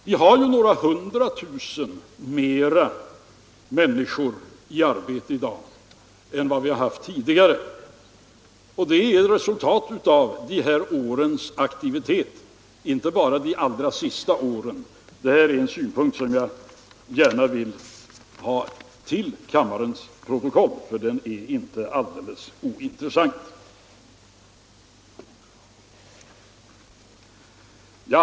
Vi har några hundratusen fler människor i arbete i dag än vi har haft tidigare, och det är ett resultat av aktiviteten inte bara under de allra senaste åren — det är en synpunkt som jag gärna vill föra in i kammarens protokoll, för den är inte alldeles ointressant.